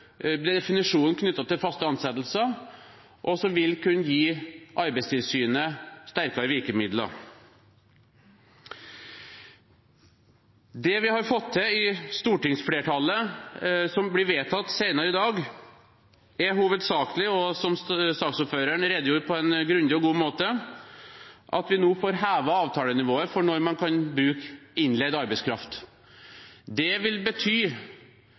definisjonen knyttet til faste ansettelser, og som vil kunne gi Arbeidstilsynet sterkere virkemidler. Det vi i stortingsflertallet har fått til, og som blir vedtatt senere i dag, er hovedsakelig – som saksordføreren redegjorde for på en grundig og god måte – at vi nå får hevet avtalenivået for når man kan bruke innleid arbeidskraft. Det vil bety